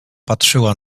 patrzyła